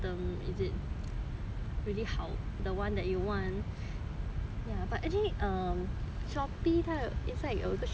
the one that you want ya but actually um shopee 它 inside 有一个 shopping mall shopping mall ya then